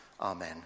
Amen